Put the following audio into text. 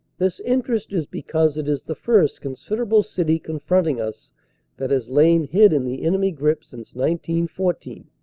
this interest is because it is the first considerable city confront ing us that has lain hid in the enemy grip since one fourteen.